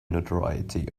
notoriety